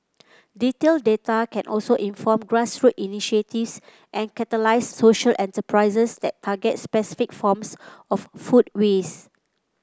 detailed data can also inform grassroots initiatives and catalyse social enterprises that target specific forms of food waste